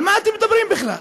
על מה אתם מדברים בכלל?